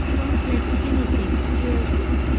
don't let anything scare you.